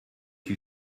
que